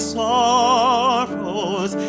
sorrows